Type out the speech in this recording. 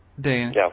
Dan